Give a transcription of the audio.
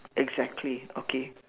exactly okay